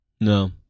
No